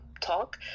talk